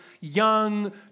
young